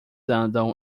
andam